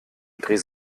dreh